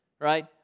right